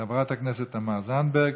חברת הכנסת תמר זנדברג,